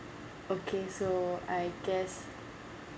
okay so I guess